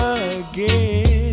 again